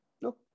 No